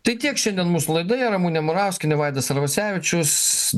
tai tiek šiandien mūsų laidoje ramunė murauskienė vaidas arvasevičius